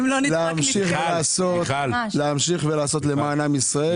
להמשיך לעשות למען עם ישראל.